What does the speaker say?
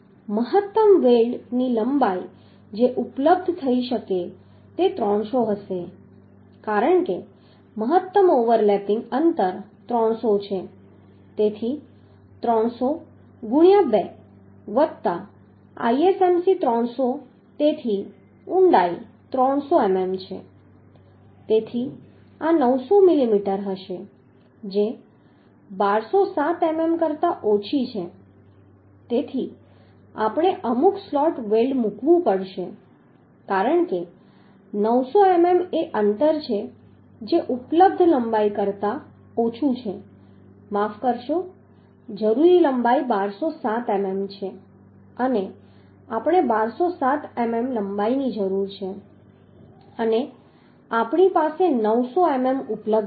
મહત્તમ વેલ્ડ લંબાઈ જે ઉપલબ્ધ હોઈ શકે છે તે 300 હશે કારણ કે મહત્તમ ઓવર લેપિંગ અંતર 300 છે તેથી 300 ગુણ્યા 2 વત્તા ISMC300 તેથી ઊંડાઈ 300 મીમી છે તેથી આ 900 મીમી હશે જે 1207 મીમી કરતાં ઓછી છે તેથી આપણે અમુક સ્લોટ વેલ્ડ મૂકવું પડશે કારણ કે 900 મીમી એ અંતર છે જે ઉપલબ્ધ લંબાઈ કરતા ઓછું છે માફ કરશો જરૂરી લંબાઈ 1207 મીમી છે અને આપણે 1207 મીમી લંબાઈની જરૂર છે અને આપણી પાસે 900 મીમી ઉપલબ્ધ છે